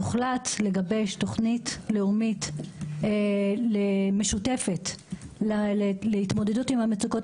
אז הוחלט לגבש תוכנית לאומית משותפת להתמודדות עם המצוקות